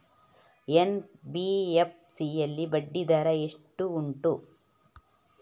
NBFC ಯಲ್ಲಿ ಬಡ್ಡಿ ದರ ಎಷ್ಟು ಉಂಟು?